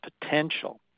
potential